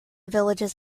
villages